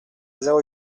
zéro